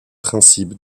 principes